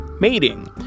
mating